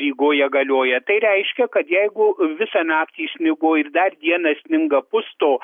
rygoje galioja tai reiškia kad jeigu visą naktį snigo ir dar dieną sninga pusto